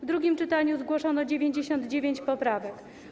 W drugim czytaniu zgłoszono 99 poprawek.